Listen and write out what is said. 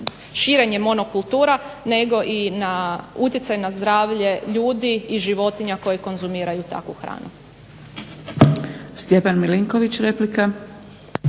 širenje monokultura nego i na utjecaj na zdravlje ljudi i životinja koje konzumiraju takvu hranu.